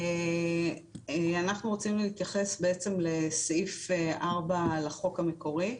אנחנו רצינו להתייחס בעצם לסעיף 4 לחוק המקורי.